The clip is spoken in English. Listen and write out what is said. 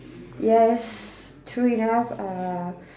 yes true enough uh